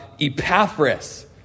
Epaphras